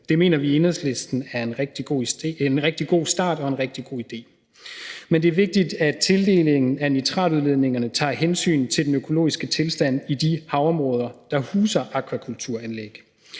Det mener vi i Enhedslisten er en rigtig god start og en rigtig god idé. Men det er vigtigt, at tildelingen af nitratudledningerne tager hensyn til den økologiske tilstand i de havområder, der huser akvakulturanlæg.